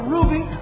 Ruby